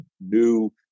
new